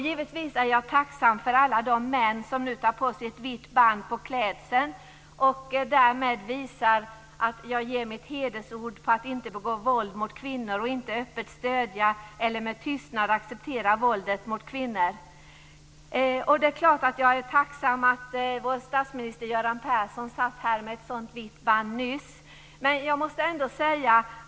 Givetvis är jag tacksam mot alla de män som nu tar på sig ett vitt band på klädseln och därmed visar: "Jag ger mitt hedersord på att inte begå våld mot kvinnor och inte öppet stödja eller med tystnad acceptera våldet mot kvinnor." Det är klart att jag är tacksam att vår statsminister satt med ett sådant vitt band här nyss.